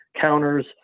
counters